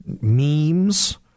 memes